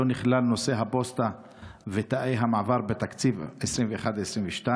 לא נכלל נושא הפוסטה ותאי המעבר בתקציב 2022-2021?